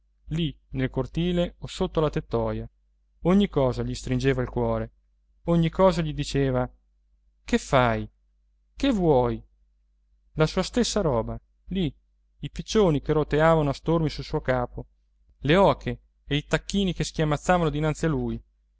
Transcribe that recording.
lì nel cortile o sotto la tettoia ogni cosa gli stringeva il cuore ogni cosa gli diceva che fai che vuoi la sua stessa roba lì i piccioni che roteavano a stormi sul suo capo le oche e i tacchini che schiamazzavano dinanzi a lui